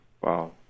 wow